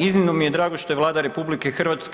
Iznimno mi je drago što je Vlada RH